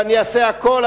ואני אעשה הכול,